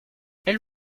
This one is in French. elle